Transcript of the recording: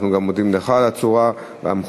אנחנו גם מודים לך על הצורה המכובדת,